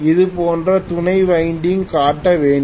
இது போன்ற துணை வைண்டிங் காட்ட வேண்டும்